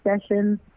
sessions